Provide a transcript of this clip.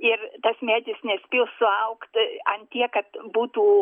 ir tas medis nespėjo suaugt ant tiek kad būtų